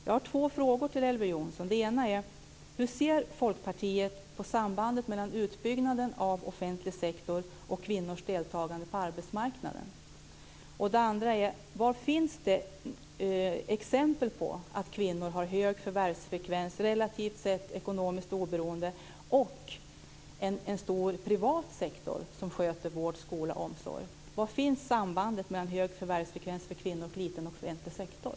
Jag har två frågor till Elver Jonsson. Den ena är: Hur ser Folkpartiet på sambandet mellan utbyggnaden av den offentliga sektorn och kvinnors deltagande på arbetsmarknaden? Den andra frågan är: Var finns det exempel på att kvinnor har en hög förvärvsfrekvens och är relativt sett ekonomiskt oberoende med en stor privat sektor som sköter vård, skola och omsorg? Var finns sambandet mellan en hög förvärvsfrekvens för kvinnor och en liten offentlig sektor?